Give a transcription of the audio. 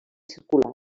circular